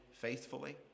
faithfully